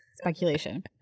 Speculation